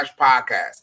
podcast